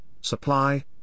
supply